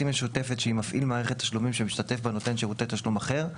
משותפת שהיא מפעיל מערכת תשלומים שמשתתף בה נותן שירותי תשלום אחר,